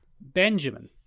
Benjamin